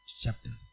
chapters